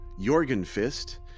Jorgenfist